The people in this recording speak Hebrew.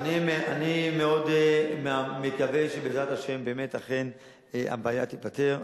אני מקווה שבעזרת השם הבעיה תיפתר.